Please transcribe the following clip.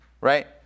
right